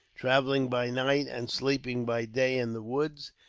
travelling by night, and sleeping by day in the woods,